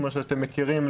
כמו שאתם מכירים,